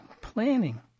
planning